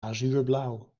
azuurblauw